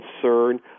concern